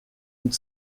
und